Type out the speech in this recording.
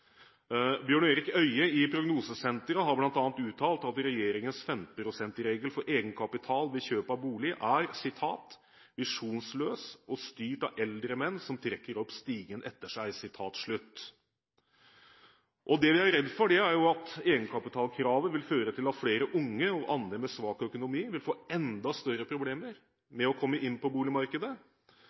Bjørn Erik Øye i Prognosesenteret har bl.a. uttalt at regjeringens 15 pst.-regel for egenkapital ved kjøp av bolig er «visjonsløs, og styrt av eldre menn som trekker opp stigen etter seg». Det vi er redde for, er at egenkapitalkravet vil føre til at flere unge og andre med svak økonomi får enda større problemer med å komme inn på boligmarkedet.